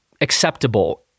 acceptable